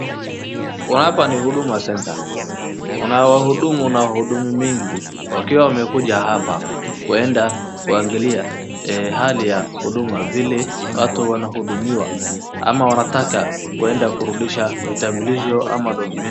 Kwa hapa ni Huduma center kuna wahudumu na wahudumu mingi wakiwa wamekuja hapa. Kuenda kuangali hali ya huduma vile watu wanahudumiwa ama wanataka kuenda kurudisha vitambulisho ama document .